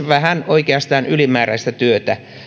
vähän poistaisi ylimääräistä työtä